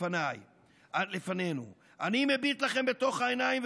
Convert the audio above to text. / אבל אני מביט לכם בתוך העיניים.